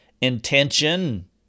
intention